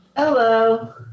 Hello